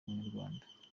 abanyarwanda